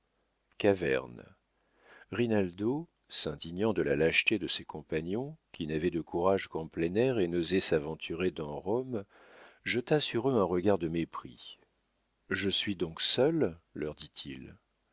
caverne rinaldo s'indignant de la lâcheté de ses compagnons qui n'avaient de courage qu'en plein air et n'osaient s'aventurer dans rome jeta sur eux un regard de mépris je suis donc seul leur dit-il